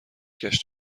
گشت